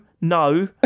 no